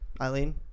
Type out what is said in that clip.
Eileen